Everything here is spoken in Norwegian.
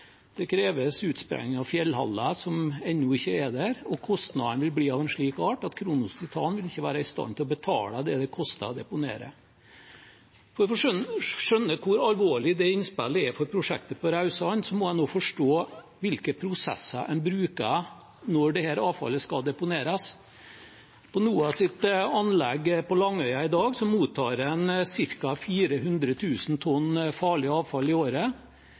Det kreves spesialskip, det kreves utsprenging av fjellhaller som ennå ikke er der, og kostnadene er av en slik art at Kronos Titan ikke ville være i stand til å betale det det koster å deponere. For å skjønne hvor alvorlig dette innspillet er for prosjektet på Raudsand, må en også forstå hvilke prosesser en bruker når dette avfallet skal deponeres. På NOAHs anlegg på Langøya i dag mottar en ca. 400 000 tonn farlig avfall i året.